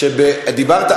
שדיברת,